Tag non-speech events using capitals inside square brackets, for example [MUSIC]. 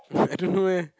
[BREATH] I don't know eh